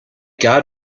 god